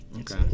okay